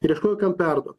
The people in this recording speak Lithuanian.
ir ieškojo kam perduot